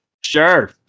Sure